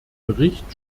bericht